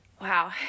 wow